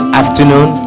afternoon